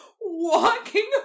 walking